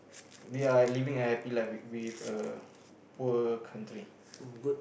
they're living a happy life with a poor country